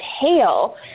tail